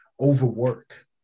overwork